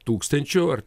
tūkstančių ar